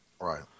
Right